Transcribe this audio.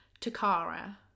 Takara